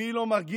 ומי לא מרגיש?